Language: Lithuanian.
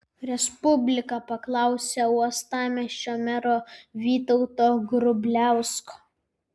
respublika paklausė uostamiesčio mero vytauto grubliausko